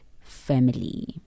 family